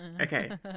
Okay